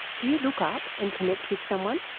do you look up and connect with someone,